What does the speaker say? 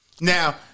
Now